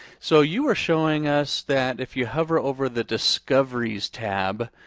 so you were showing us that if you hover over the discoveries tab,